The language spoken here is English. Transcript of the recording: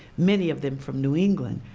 many of them from new england,